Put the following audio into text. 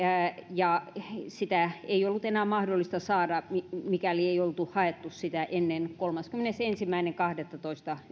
ja tunnusta ei ollut enää mahdollista saada mikäli ei oltu haettu sitä ennen päivää kolmaskymmenesensimmäinen kahdettatoista